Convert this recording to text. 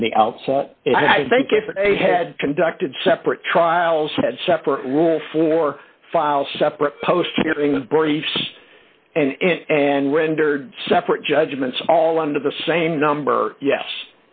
from the outset i think if they had conducted separate trials had separate rules for file separate post hearings briefs and and rendered separate judgments all under the same number yes